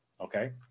okay